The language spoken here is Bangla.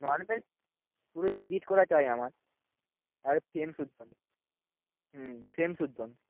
পুরো এডিট করা চাই আমার এক ফ্রেম সুদ্ধ হুম ফ্রেম সুদ্ধ